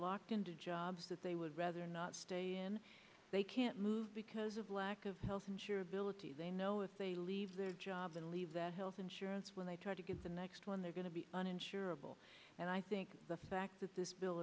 locked into jobs that they would rather not stay in they can't move because of lack of health insurer ability they know if they leave their job and leave their health insurance when they try to get the next one they're going to be uninsurable and i think the fact that this bill